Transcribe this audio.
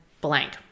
blank